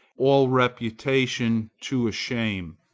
all reputation to a shame,